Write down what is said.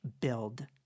build